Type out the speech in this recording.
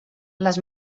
les